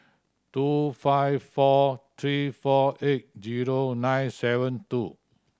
two five four three four eight zero nine seven two